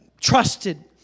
trusted